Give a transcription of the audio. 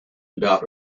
about